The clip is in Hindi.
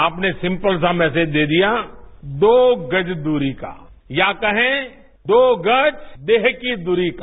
आपने सिम्पल सा मैसेज दे दियादो गज दूरी का या कहे कि दो गज देह की दूरी का